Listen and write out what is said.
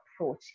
approach